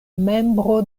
membro